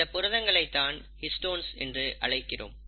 இந்தப் புரதங்களை தான் ஹிஸ்டோன்ஸ் என்று அழைக்கிறோம்